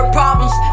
problems